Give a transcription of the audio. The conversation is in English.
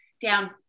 down